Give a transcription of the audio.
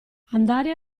andare